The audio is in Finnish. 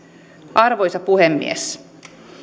arvoisa puhemies